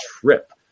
trip